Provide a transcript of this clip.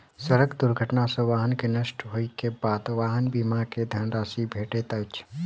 सड़क दुर्घटना सॅ वाहन के नष्ट होइ के बाद वाहन बीमा के धन राशि भेटैत अछि